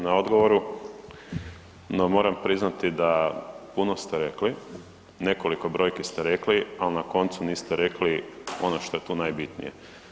na odgovoru, no moram priznati da puno ste rekli, nekoliko brojki ste rekli, al na koncu niste rekli ono što je tu najbitnije.